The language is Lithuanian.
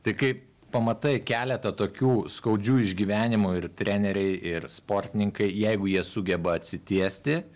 tai kai pamatai keletą tokių skaudžių išgyvenimų ir treneriai ir sportininkai jeigu jie sugeba atsitiesti